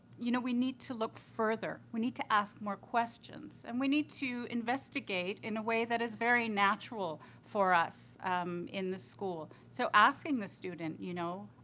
you know, we need to look further, we need to ask more questions, and we need to investigate in a way that is very natural for us in the school. so, asking the student, you know,